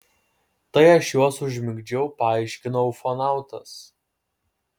tai aš juos užmigdžiau paaiškino ufonautas